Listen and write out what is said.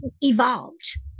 evolved